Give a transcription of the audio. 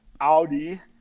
Audi